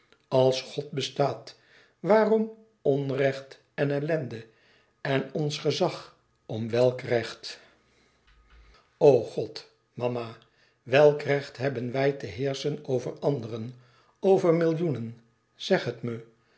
als god bestaat waarom onrecht en ellende en ons gezag om welk recht o god mama welk recht hebben wij te heerschen over anderen over millioenen zeg het me